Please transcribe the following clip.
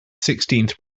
sixteenth